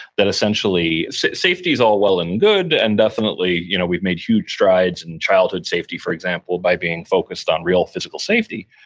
that essentially safety's all well and good, and definitely you know we've made huge strides in childhood safety, for example, by being focused on real physical safety,